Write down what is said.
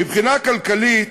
מבחינה כלכלית